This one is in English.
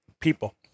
people